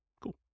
Cool